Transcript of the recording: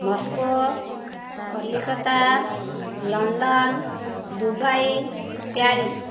MESCO Calcutta London Dubai Paris